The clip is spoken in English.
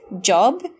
job